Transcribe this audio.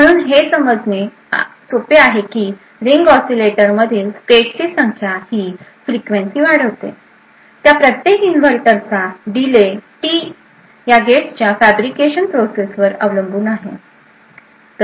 म्हणून हे समजणे सोपे आहे की रिंग ऑसीलेटरमधील स्टेजची संख्या ही फ्रिक्वेन्सी वाढवते त्या प्रत्येक इन्व्हर्टरचा डिले टी या गेट्सच्या फॅब्रिकेशन प्रोसेस वर अवलंबून असतो